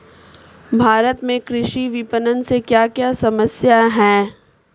भारत में कृषि विपणन से क्या क्या समस्या हैं?